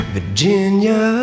Virginia